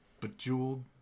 Bejeweled